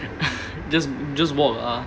just just walk ah